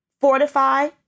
fortify